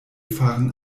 fahren